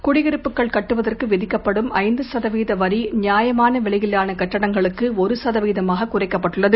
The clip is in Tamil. குடியிருப்புகள் கட்டுவதற்கு விதிக்கப்படும் ஐந்து சதவீத வரி நியாயமான விலையிலான கட்டிடங்களுக்கு ஒரு சதவிகிதமாக குறைக்கப்பட்டுள்ளது